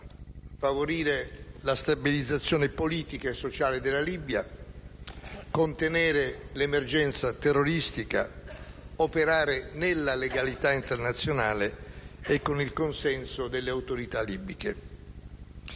favorire la stabilizzazione politica e sociale della Libia; contenere l'emergenza terroristica; operare nella legalità internazionale e con il consenso delle autorità libiche.